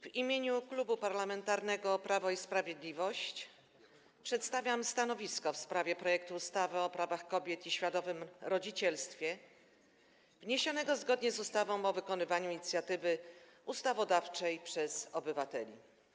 W imieniu Klubu Parlamentarnego Prawo i Sprawiedliwość przedstawiam stanowisko w sprawie projektu ustawy o prawach kobiet i świadomym rodzicielstwie, wniesionego zgodnie z ustawą o wykonywaniu inicjatywy ustawodawczej przez obywateli.